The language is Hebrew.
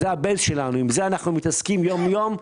עם זה אנחנו מתעסקים יום-יום.